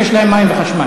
שיש להם מים וחשמל,